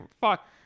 Fuck